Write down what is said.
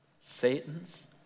Satan's